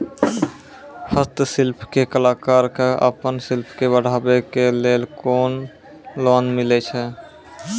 हस्तशिल्प के कलाकार कऽ आपन शिल्प के बढ़ावे के लेल कुन लोन मिलै छै?